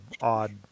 odd